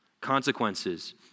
Consequences